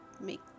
make